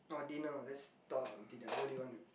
or dinner let's talk about dinner where do you want to